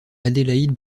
adélaïde